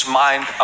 mind